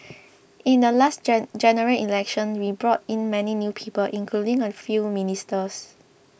in the last gene General Election we brought in many new people including a few ministers